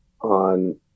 on